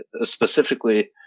specifically